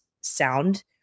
sound